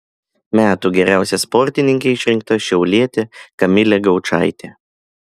metų geriausia sportininke išrinkta šiaulietė kamilė gaučaitė